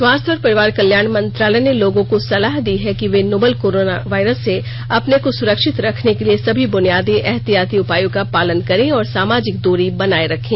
स्वास्थ्य और परिवार कल्याण मंत्रालय ने लोगों को सलाह दी है कि वे नोवल कोरोना वायरस से अपने को सुरक्षित रखने के लिए सभी बुनियादी एहतियाती उपायों का पालन करें और सामाजिक दूरी बनाए रखें